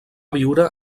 viure